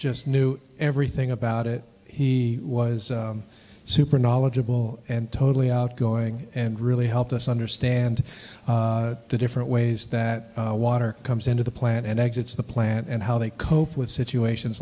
just knew everything about it he was super knowledgeable and totally outgoing and really helped us understand the different ways that water comes into the plant and exits the plant and how they cope with situations